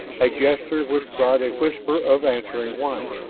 a gesture which brought a whisper of answering whine.